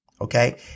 Okay